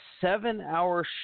seven-hour